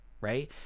right